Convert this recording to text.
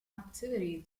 activity